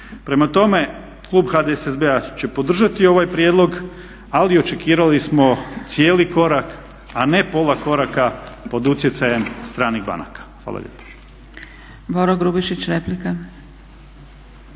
Prema tome, klub HDSSB-a će podržati ovaj prijedlog ali očekivali smo cijeli korak, a ne pola koraka pod utjecajem stranih banaka. Hvala lijepo.